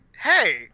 hey